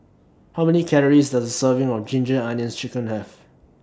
How Many Calories Does A Serving of Ginger Onions Chicken Have